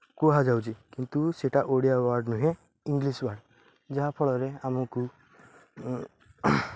କୁହାଯାଉଛି କିନ୍ତୁ ସେଇଟା ଓଡ଼ିଆ ୱାର୍ଡ଼୍ ନୁହେଁ ଇଂଲିଶ୍ ୱାର୍ଡ଼୍ ଯାହା ଫଳରେ ଆମକୁ